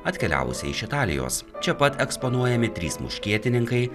atkeliavusią iš italijos čia pat eksponuojami trys muškietininkai